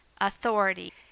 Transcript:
authority